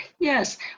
Yes